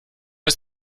ist